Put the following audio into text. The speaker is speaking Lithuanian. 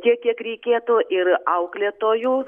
tiek kiek reikėtų ir auklėtojų